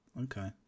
Okay